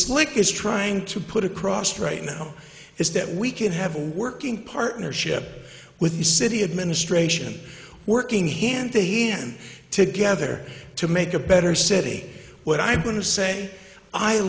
slick is trying to put across right now is that we could have a working partnership with the city administration working hand to him together to make a better city what i'm going to say i